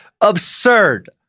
absurd